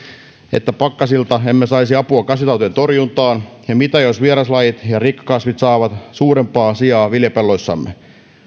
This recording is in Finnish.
että pakkasilta emme saisi apua kasvitautien torjuntaan ja mitä jos vieraslajit ja rikkakasvit saavat suurempaa sijaa viljapelloissamme